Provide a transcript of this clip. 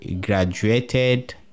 graduated